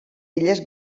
illes